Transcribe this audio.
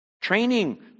Training